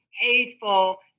hateful